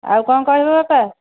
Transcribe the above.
ଆଉ କ'ଣ କହିବ ବାପା